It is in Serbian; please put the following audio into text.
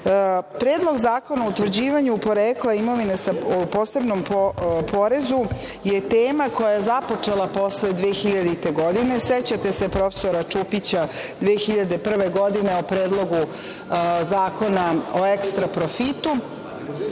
posao. Predlog zakona o utvrđivanju porekla imovine i posebnom porezu je tema koja je započela posle 2000. godine, sećate se profesora Čupića 2001. godine, o predlogu zakona o ekstra profitu.